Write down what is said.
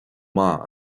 maith